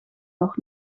nog